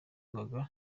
bavuga